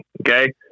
okay